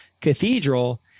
cathedral